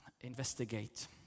investigate